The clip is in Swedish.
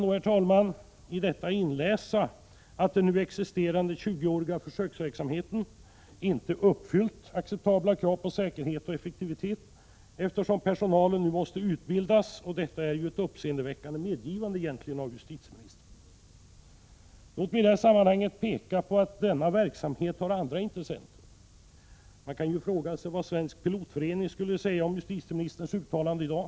Jag kan i detta inläsa att den nu existerande, tjugoåriga försöksverksamheten inte uppfyllt acceptabla krav på säkerhet och effektivitet, eftersom personalen nu måste utbildas; detta är egentligen ett uppseendeväckande medgivande av justitieministern. Dock vill jag i sammanhanget påpeka att denna verksamhet även har andra intressenter. Man kan ju fråga sig vad Svensk pilotförening skulle säga om justitieministerns uttalande i dag.